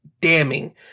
damning